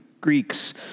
Greeks